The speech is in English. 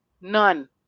None